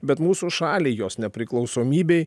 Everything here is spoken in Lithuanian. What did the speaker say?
bet mūsų šaliai jos nepriklausomybei